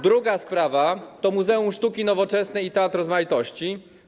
Druga sprawa to Muzeum Sztuki Nowoczesnej i Teatr Rozmaitości.